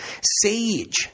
Sage